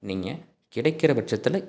நீங்கள் கிடைக்கிற பட்சத்தில்